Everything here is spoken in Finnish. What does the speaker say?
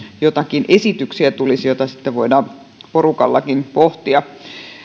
joitakin esityksiä joita sitten voidaan porukallakin pohtia